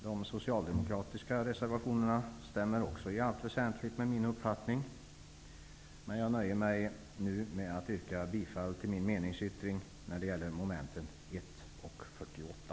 De socialdemokratiska reservationerna stämmer också i allt väsentligt med min uppfattning. Men jag nöjer mig nu med att yrka bifall till min meningsyttring när det gäller mom. 1 och 48.